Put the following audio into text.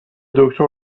دکتر